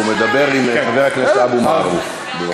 הוא מדבר עם חבר הכנסת אבו מערוף.